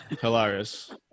Hilarious